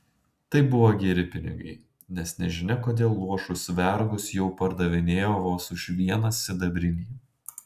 tai buvo geri pinigai nes nežinia kodėl luošus vergus jau pardavinėjo vos už vieną sidabrinį